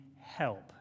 help